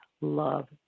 love